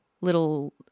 little